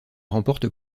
remporte